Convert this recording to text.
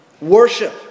Worship